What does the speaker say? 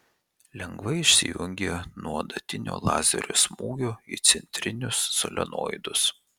lengvai išsijungia nuo adatinio lazerio smūgio į centrinius solenoidus